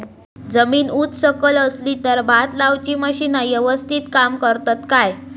जमीन उच सकल असली तर भात लाऊची मशीना यवस्तीत काम करतत काय?